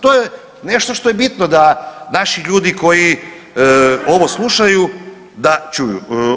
To je nešto što je bitno da naši ljudi koji ovo slušaju da čuju.